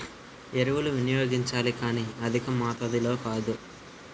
ఎరువులు వినియోగించాలి కానీ అధికమాతాధిలో కాదు